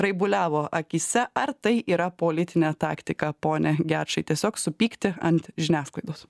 raibuliavo akyse ar tai yra politinė taktika pone gečai tiesiog supykti ant žiniasklaidos